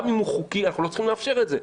גם אם הוא חוקי אנחנו לא צריכים לאפשר את זה.